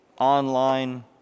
online